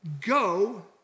go